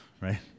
right